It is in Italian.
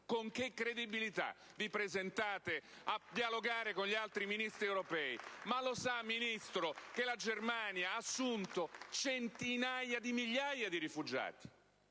Con che credibilità vi presentate a dialogare con gli altri Ministri europei? Ma lo sa, signor Ministro, che la Germania ha assunto centinaia di migliaia di rifugiati?